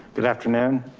good afternoon,